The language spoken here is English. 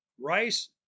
rice